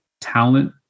talent